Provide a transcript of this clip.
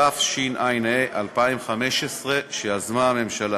התשע"ה 2015, שיזמה הממשלה.